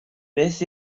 beth